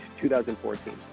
2014